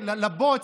לבוץ,